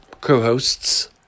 co-hosts